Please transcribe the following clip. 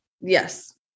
Yes